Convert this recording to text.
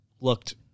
looked